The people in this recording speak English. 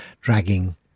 dragging